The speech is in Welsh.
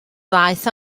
ddaeth